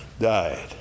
died